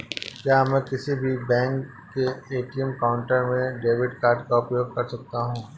क्या मैं किसी भी बैंक के ए.टी.एम काउंटर में डेबिट कार्ड का उपयोग कर सकता हूं?